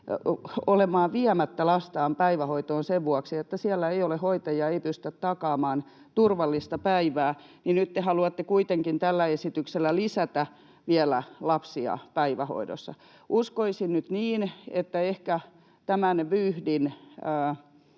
olemaan viemättä lastaan päivähoitoon sen vuoksi, että siellä ei ole hoitajia ja ei pystytä takaamaan turvallista päivää. Nyt te haluatte kuitenkin tällä esityksellä lisätä vielä lapsia päivähoidossa. Uskoisin nyt, että ehkä tämän vyyhdin